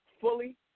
fully